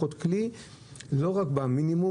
להיות כלי לא רק בקביעת מחיר המינימום,